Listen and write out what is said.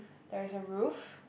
there is a roof